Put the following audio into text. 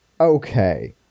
Okay